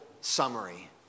summary